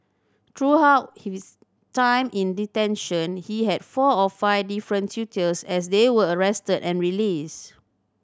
throughout his time in detention he had four or five different tutors as they were arrested and released